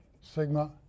sigma